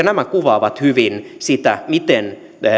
nämä kuvaavat hyvin sitä miten